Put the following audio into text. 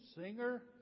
singer